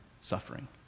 suffering